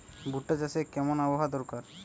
ভুট্টা চাষে কেমন আবহাওয়া দরকার?